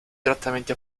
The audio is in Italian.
trattamenti